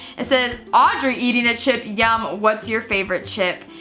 it says audrey eating a chip. yum, what's your favorite chip?